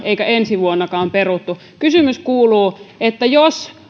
eikä ensi vuodellekaan peruttu kysymys kuuluu jos